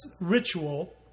ritual